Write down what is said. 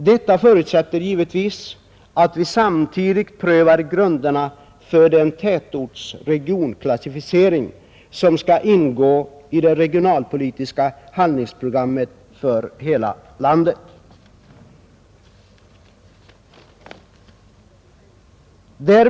Detta förutsätter givetvis att vi samtidigt prövar grunderna för den regionalklassificering av tätorterna som skall ingå i det regionalpolitiska handlingsprogrammet för hela landet.